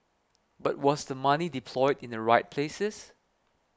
but was the money deployed in the right places